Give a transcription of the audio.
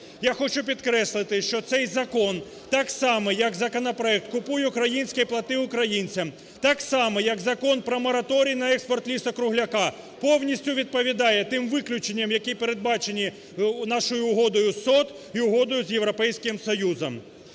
Я хочу підкреслити, що цей закон так само, як законопроект "Купуй українське, плати українцям", так само, як Закон про мораторій на експорт лісу-кругляка, повністю відповідає тим виключенням, які передбачені нашою Угодою СОТ і Угодою з Європейським Союзом.